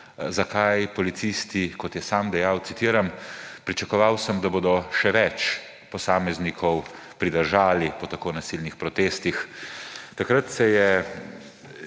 zakaj policisti, kot je sam dejal, citiram, »pričakoval sem, da bodo še več posameznikov pridržali po tako nasilnih protestih«. Takrat se je